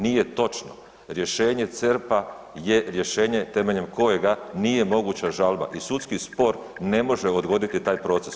Nije točno, rješenje CERP-a je rješenje temeljem kojega nije moguća žalba i sudski spor ne može odgoditi taj proces.